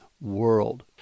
world